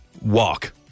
walk